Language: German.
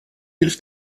hilf